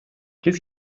qu’est